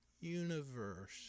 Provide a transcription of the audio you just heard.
Universe